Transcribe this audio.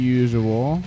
usual